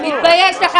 תתבייש לך.